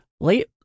late